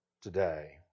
today